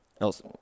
else